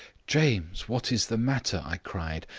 james, what is the matter i cried,